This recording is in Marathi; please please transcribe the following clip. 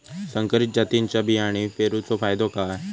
संकरित जातींच्यो बियाणी पेरूचो फायदो काय?